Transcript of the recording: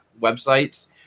websites